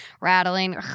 rattling